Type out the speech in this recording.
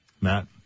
Matt